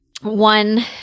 One